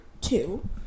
two